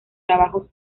trabajos